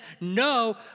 no